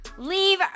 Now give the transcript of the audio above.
leave